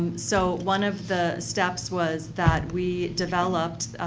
so, one of the steps was that we developed,